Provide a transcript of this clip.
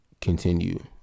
continue